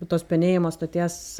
tos penėjimo stoties